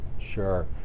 sure